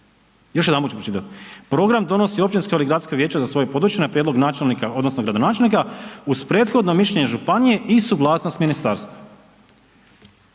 Još jedanput ću pročitati „Program donosi općinsko ili gradsko vijeće za svoje područje na prijedlog načelnika odnosno gradonačelnika uz prethodno mišljenje županije i suglasnost ministarstva“,